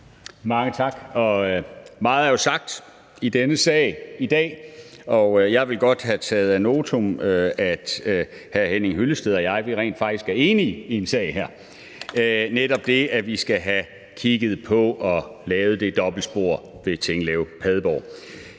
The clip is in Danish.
Mange tak. Meget er jo sagt i denne sag i dag, og jeg vil godt have taget ad notam, at hr. Henning Hyllested og jeg rent faktisk er enige i en sag her, nemlig om, at vi skal have kigget på at få lavet det dobbeltspor mellem Tinglev og Padborg.